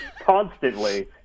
constantly